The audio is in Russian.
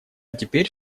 теперь